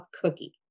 cookie